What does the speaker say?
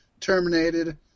terminated